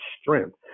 strength